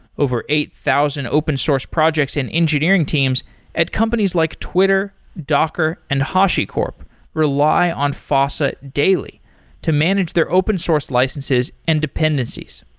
over eight thousand open source projects and engineering teams at companies like twitter, docker and hashicorp rely on fossa daily to manage their open source licenses and dependencies.